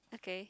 okay